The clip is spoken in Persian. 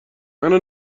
منو